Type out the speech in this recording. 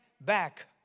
back